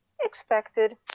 expected